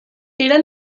era